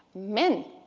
men.